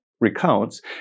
recounts